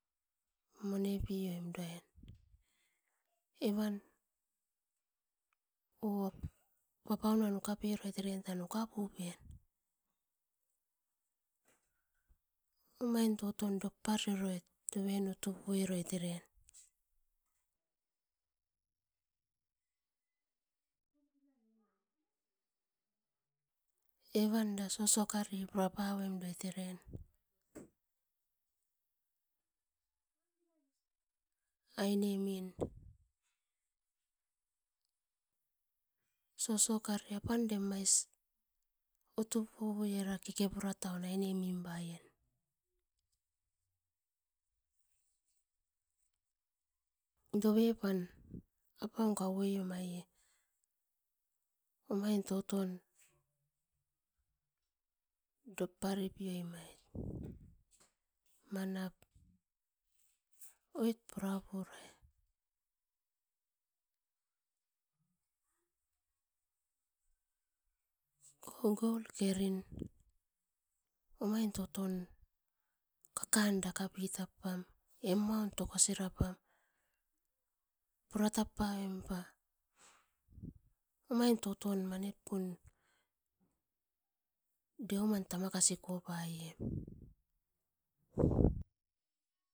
Monepioim uruain evan or papaunuan ukaperoit eren tan ukapupen, omain toton doparioroit doven utupuieroit eren. Evan da sosokari puraparoimdoit eren, ainemin sosokare apandam ma utupuie kekepurataum ainemimbaien. Dovepan apan kauomaie omain toton dopparepioimdoit. Manap oit purapurai oh gold kerin omain toton kakan dakapitappam emuam tokosirapam, puratap paoim pa omain totom manipun. Deuman tamakasipavoie